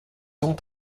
ont